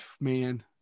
man